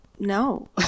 No